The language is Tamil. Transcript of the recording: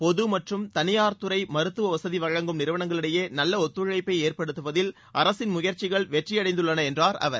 பொது மற்றும் தனியார் துறை மருத்துவசதி வழங்கும் நிறுவனங்ளிடையே நல்ல ஒத்துழைப்பை ஏற்படுத்துவதில் அரசின் முயற்சிகள் வெற்றியடைந்துள்ளன என்றார் அவர்